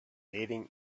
leading